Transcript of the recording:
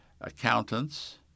accountants